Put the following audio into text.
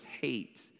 hate